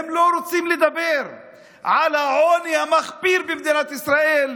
הם לא רוצים לדבר על העוני המחפיר במדינת ישראל,